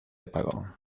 pago